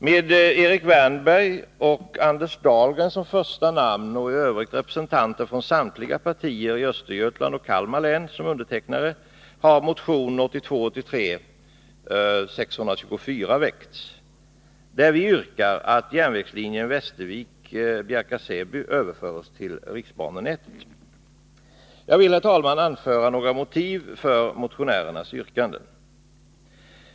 Med Erik Wärnberg och Anders Dahlgren som första namn och i övrigt representanter från samtliga partier i Östergötlands och Kalmar län som undertecknare har det väckts en motion, nr 1982 Säby överförs till riksbanenätet. Jag vill, herr talman, anföra några motiv för motionärernas yrkanden.